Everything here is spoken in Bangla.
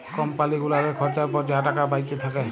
কম্পালি গুলালের খরচার পর যা টাকা বাঁইচে থ্যাকে